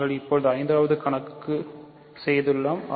நாங்கள் இப்போது ஐந்தாவது கணக்கைசெய்துள்ளோம்